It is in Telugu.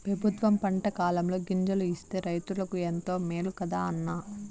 పెబుత్వం పంటకాలంలో గింజలు ఇస్తే రైతులకు ఎంతో మేలు కదా అన్న